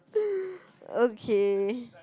okay